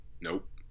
Nope